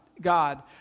God